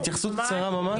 התייחסות קצרה ממש.